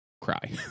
cry